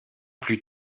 plus